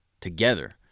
together